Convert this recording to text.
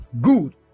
Good